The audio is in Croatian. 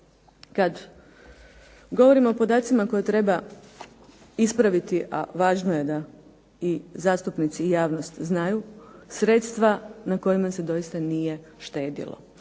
Kad govorimo o podacima koje treba ispraviti, a važno je da i zastupnici i javnost znaju, sredstva na kojima se doista nije štedilo.